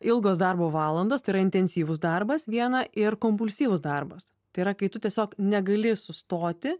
ilgos darbo valandos tai yra intensyvus darbas viena ir kompulsyvus darbas tai yra kai tu tiesiog negali sustoti